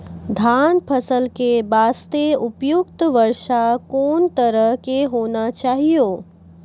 धान फसल के बास्ते उपयुक्त वर्षा कोन तरह के होना चाहियो?